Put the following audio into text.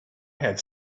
had